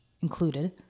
included